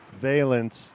valence